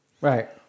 right